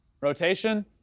Rotation